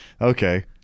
Okay